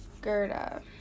Gerda